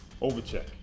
Overcheck